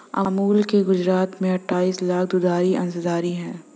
अमूल के गुजरात में अठाईस लाख दुग्धधारी अंशधारी है